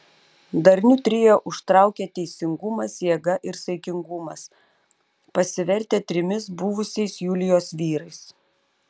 darniu trio užtraukė teisingumas jėga ir saikingumas pasivertę trimis buvusiais julijos vyrais